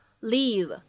leave